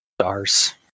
stars